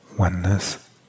Oneness